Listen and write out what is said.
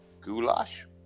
Goulash